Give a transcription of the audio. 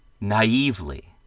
naively